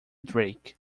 drake